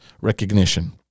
recognition